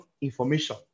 information